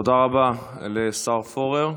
תודה רבה לשר פורר.